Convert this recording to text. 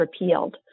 repealed